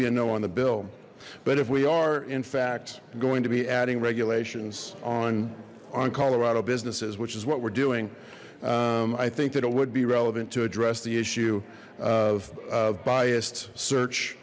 be a no on the bill but if we are in fact going to be adding regulations on on colorado businesses which is what we're doing i think that it would be relevant to address the issue of biased search